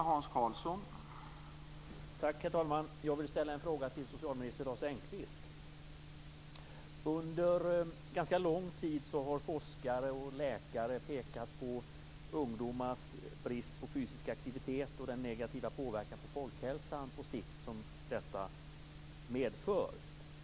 Herr talman! Jag vill ställa en fråga till socialminister Lars Engqvist. Under ganska lång tid har forskare och läkare pekat på ungdomars brist på fysisk aktivitet och den negativa påverkan som detta på sikt har på folkhälsan.